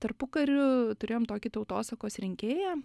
tarpukariu turėjom tokį tautosakos rinkėją